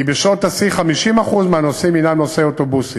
כי בשעות השיא 50% מהנוסעים הנם נוסעי אוטובוסים.